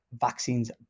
Vaccines